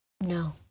no